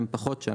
הוא פחות שם.